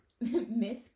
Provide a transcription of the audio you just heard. Miss